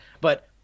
but-